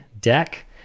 deck